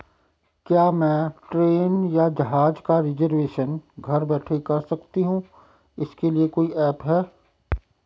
क्या मैं ट्रेन या जहाज़ का रिजर्वेशन घर बैठे कर सकती हूँ इसके लिए कोई ऐप है?